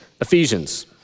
Ephesians